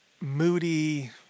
moody